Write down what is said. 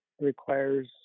requires